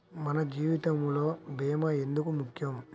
మన జీవితములో భీమా ఎందుకు ముఖ్యం?